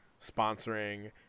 sponsoring